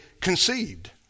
conceived